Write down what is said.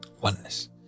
Oneness